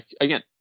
again